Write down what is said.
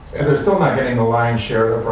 they're still not getting the lion's share